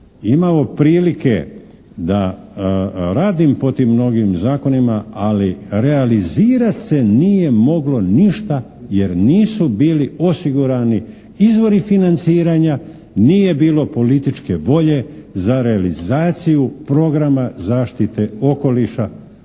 imao prilike da radim po tim mnogim zakonima, ali realizirat se nije moglo ništa jer nisu bili osigurani izvori financiranja, nije bilo političke volje za realizaciju programa zaštite okoliša